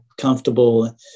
comfortable